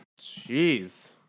Jeez